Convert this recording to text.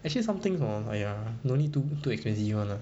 actually some things hor !aiya! no need to~ too expensive [one] ah